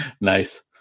Nice